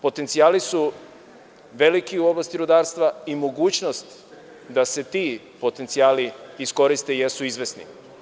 Potencijali su veliki u oblasti rudarstva i mogućnost da se ti potencijali iskoriste jesu izvesni.